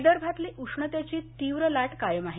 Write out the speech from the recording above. विदर्भातली उष्णतेची तीव्र लाट कायम आहे